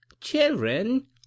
Children